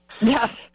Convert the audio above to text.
yes